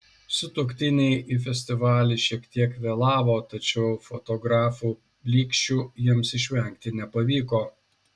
sutuoktiniai į festivalį šiek tiek vėlavo tačiau fotografų blyksčių jiems išvengti nepavyko